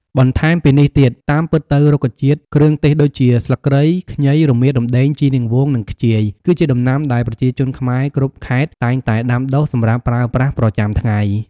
បន្ថែមពីនេះទៀត តាមពិតទៅ រុក្ខជាតិគ្រឿងទេសដូចជាស្លឹកគ្រៃ ខ្ញី រមៀត រំដេង ជីរនាងវង និងខ្ជាយ គឺជាដំណាំដែលប្រជាជនខ្មែរគ្រប់ខេត្តតែងតែដាំដុះសម្រាប់ប្រើប្រាស់ប្រចាំថ្ងៃ។